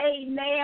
Amen